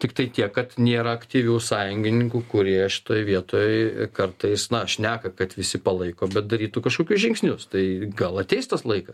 tiktai tiek kad nėra aktyvių sąjungininkų kurie šitoj vietoj kartais na šneka kad visi palaiko bet darytų kažkokius žingsnius tai gal ateis tas laikas